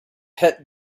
het